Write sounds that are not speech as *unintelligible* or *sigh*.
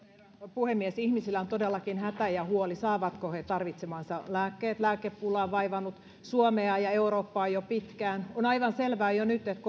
puhemies ihmisillä on todellakin hätä ja huoli saavatko he tarvitsemansa lääkkeet lääkepula on vaivannut suomea ja eurooppaa jo pitkään on aivan selvää jo nyt että *unintelligible*